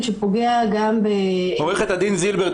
שפוגע גם --- עורכת הדין זילבר,